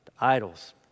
idols